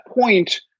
point